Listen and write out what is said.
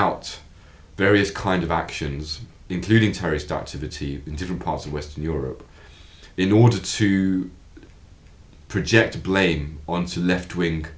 out various kind of actions including terrorist activity in different parts of western europe in order to projected blame on to left wing